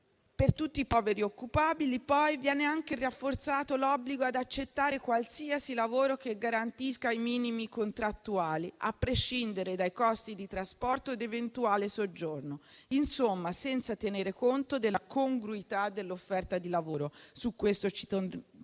Per tutti i poveri occupabili poi viene anche rafforzato l'obbligo di accettare qualsiasi lavoro che garantisca i minimi contrattuali, a prescindere dai costi di trasporto ed eventuale soggiorno, insomma senza tenere conto della congruità dell'offerta di lavoro. Su questo punto